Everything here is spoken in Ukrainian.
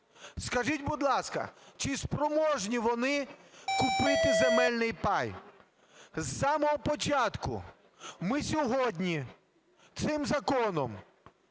Скажіть, будь ласка, чи спроможні вони купити земельний пай? З самого початку ми сьогодні цим законом